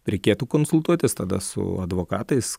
reikėtų konsultuotis tada su advokatais